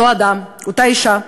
ואותו אדם, אותה אישה,